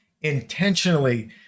intentionally